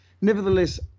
nevertheless